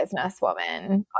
businesswoman